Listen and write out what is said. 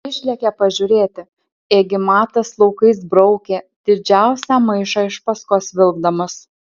išlėkė pažiūrėti ėgi matas laukais braukė didžiausią maišą iš paskos vilkdamas